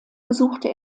besuchte